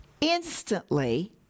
Instantly